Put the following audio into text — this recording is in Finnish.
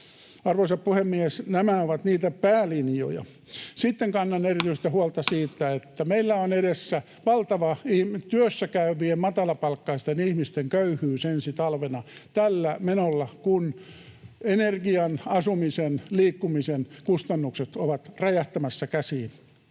Arvoisa puhemies, nämä ovat niitä päälinjoja. Sitten kannan erityistä huolta siitä, että meillä on edessä valtava työssäkäyvien matalapalkkaisten ihmisten köyhyys ensi talvena tällä menolla, kun ener-gian, asumisen, liikkumisen kustannukset ovat räjähtämässä käsiin.